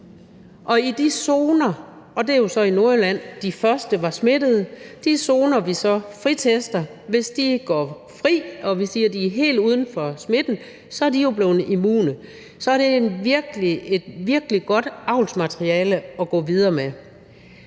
smittede – det er jo så i Nordjylland – fritester vi, og hvis de går fri og vi siger, at de er helt uden smitte, er de jo blevet immune. Så er det et virkelig godt avlsmateriale at gå videre med.